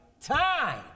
time